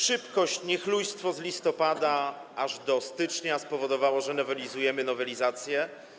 Szybkość, niechlujstwo od listopada aż do stycznia spowodowały, że nowelizujemy nowelizację.